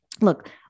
look